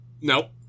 Nope